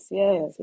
yes